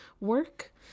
work